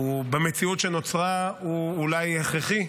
במציאות שנוצרה, הוא אולי הכרחי,